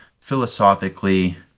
philosophically